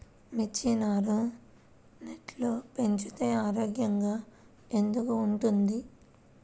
మిర్చి నారు నెట్లో పెంచితే ఆరోగ్యంగా ఎందుకు ఉంటుంది?